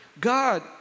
God